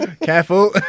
careful